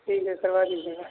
ٹھیک ہے کروا دیجیئے گا